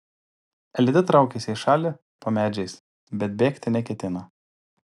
elida traukiasi į šalį po medžiais bet bėgti neketina